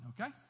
okay